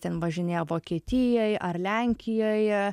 ten važinėjo vokietijoj ar lenkijoj